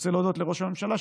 רוצה להודות לראש הממשלה,